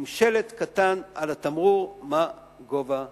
עם שלט קטן על התמרור לגבי גובה הקנס.